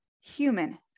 human